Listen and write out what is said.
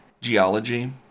geology